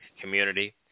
community